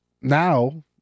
now